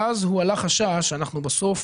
ואז הועלה חשש שאנחנו בסוף